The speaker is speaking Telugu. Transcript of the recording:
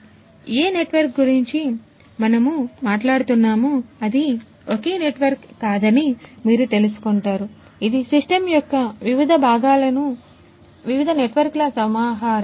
కాబట్టి ఏ నెట్వర్క్ గురించి మనము మాట్లాడుతున్నామో అది ఒకే నెట్వర్క్ కాదని మీరు తెలుసుకుంటారు ఇది సిస్టమ్ యొక్క వివిధ భాగాలలోని వివిధ నెట్వర్క్ల సమాహారం